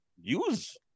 use